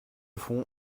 fond